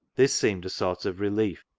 this seemed a sort of relief,